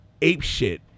apeshit